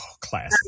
classic